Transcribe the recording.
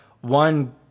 one